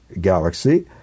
galaxy